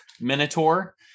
minotaur